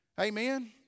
Amen